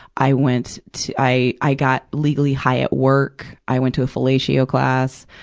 i went to, i i got legally high at work. i went to a fellatio class.